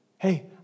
Hey